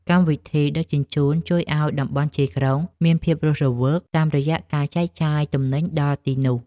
កម្មវិធីដឹកជញ្ជូនជួយឱ្យតំបន់ជាយក្រុងមានភាពរស់រវើក តាមរយៈការចែកចាយទំនិញដល់ទីនោះ។